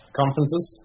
conferences